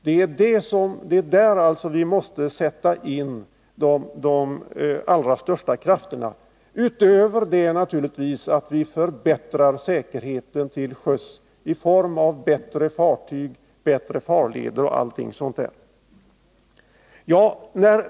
Det är där vi måste sätta in de största krafterna, utöver naturligtvis att vi förbättrar säkerheten till sjöss genom bättre fartyg, bättre farleder och allt sådant.